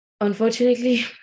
Unfortunately